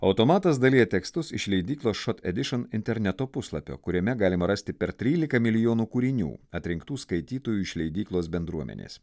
automatas dalija tekstus iš leidyklos šot edišin interneto puslapio kuriame galima rasti per trylika milijonų kūrinių atrinktų skaitytojų iš leidyklos bendruomenės